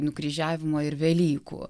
nukryžiavimo ir velykų